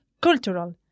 cultural